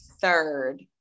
third